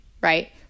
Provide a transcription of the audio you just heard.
right